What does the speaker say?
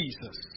Jesus